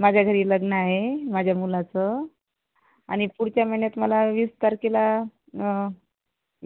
माझ्या घरी लग्न आहे माझ्या मुलाचं आणि पुढच्या महिन्यात मला वीस तारखेला